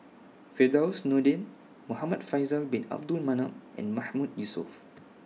Firdaus Nordin Muhamad Faisal Bin Abdul Manap and Mahmood Yusof